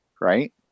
Right